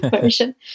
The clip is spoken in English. version